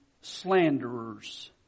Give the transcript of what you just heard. slanderers